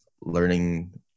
learning